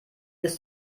ist